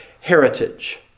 heritage